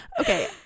Okay